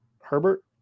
Herbert